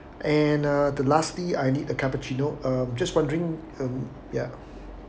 and uh the lastly I need a cappuccino um just wondering um ya